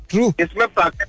True